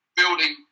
building